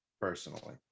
personally